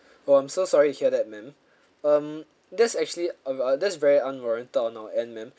oh I'm so sorry to hear that ma'am um that's actually uh that's very unwarranted on our end ma'am um